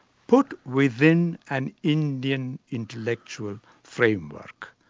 put within an indian intellectual framework.